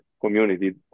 community